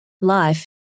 life